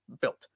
built